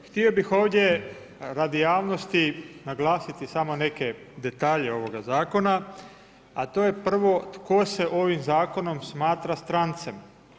Htio bih ovdje radi javnosti naglasiti samo neke detalje ovoga zakona, a to je prvo tko se ovim zakonom smatra strancem.